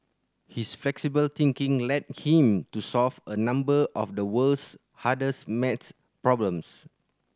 his flexible thinking led him to solve a number of the world's hardest maths problems